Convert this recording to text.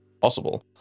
possible